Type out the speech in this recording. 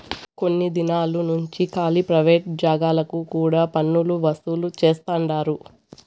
కొన్ని దినాలు నుంచి కాలీ ప్రైవేట్ జాగాలకు కూడా పన్నులు వసూలు చేస్తండారు